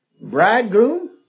bridegroom